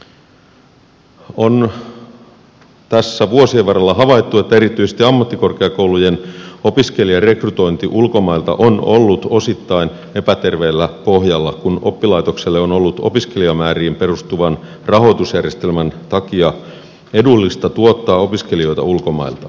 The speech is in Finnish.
on tässä vuosien varrella havaittu että erityisesti ammattikorkeakoulujen opiskelijarekrytointi ulkomailta on ollut osittain epäterveellä pohjalla kun oppilaitokselle on ollut opiskelijamääriin perustuvan rahoitusjärjestelmän takia edullista tuottaa opiskelijoita ulkomailta